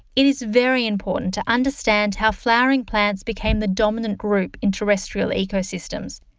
it is very important to understand how flowering plants became the dominant group in terrestrial ecosystems,